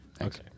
Okay